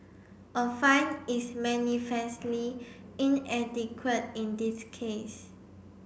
a fine is manifestly inadequate in this case